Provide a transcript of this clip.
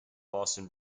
boston